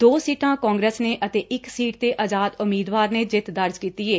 ਦੋ ਸੀਟਾਂ ਕਾਂਗਰਸ ਨੇ ਅਤੇ ਇਕ ਸੀਟ ਤੇ ਅਜ਼ਾਦ ਉਮੀਦਵਾਰ ਨੇ ਜਿੱਤ ਦਰਜ਼ ਕੀਤੀ ਏ